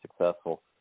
successful